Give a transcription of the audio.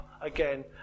again